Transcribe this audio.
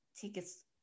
tickets